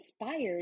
inspired